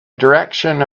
direction